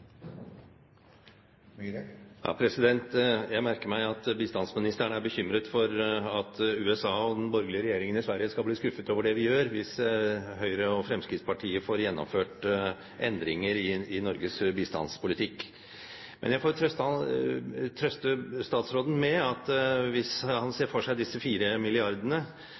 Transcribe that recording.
bekymret for at USA og den borgerlige regjeringen i Sverige skal bli skuffet over det vi gjør hvis Høyre og Fremskrittspartiet får gjennomført endringer i Norges bistandspolitikk. Jeg får trøste statsråden med at hvis han ser for seg disse fire milliardene,